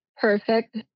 perfect